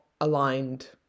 aligned